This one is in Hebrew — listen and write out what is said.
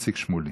11379,